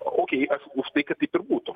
okei aš už tai kad taip ir būtų